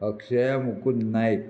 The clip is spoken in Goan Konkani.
अक्षया मुकूंद नायक